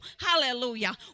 Hallelujah